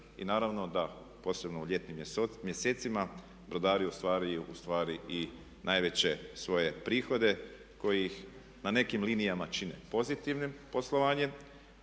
I naravno da posebno u ljetnim mjesecima brodari ostvaruju ustvari i najveće svoje prihode koji ih na nekim linijama čine pozitivnim poslovanjem